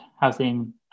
housing